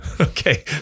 Okay